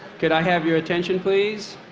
can i have your attention please?